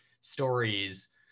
stories